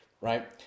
right